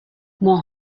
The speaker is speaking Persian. ماه